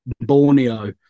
borneo